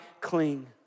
cling